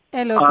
Hello